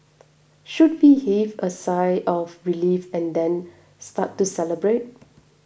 should we heave a sigh of relief and then start to celebrate